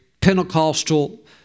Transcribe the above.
Pentecostal